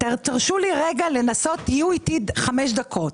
תרשו לי רגע ותהיו איתי 5 דקות.